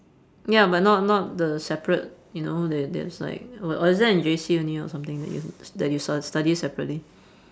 ya but not not the separate you know that that is like or or is that in J_C only or something that y~ that you s~ stu~ study separately